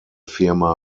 firma